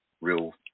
real